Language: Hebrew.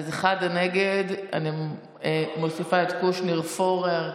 אז אחד נגד, ואני מוסיפה את קושניר, פורר,